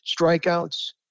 strikeouts